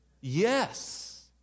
Yes